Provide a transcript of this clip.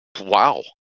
wow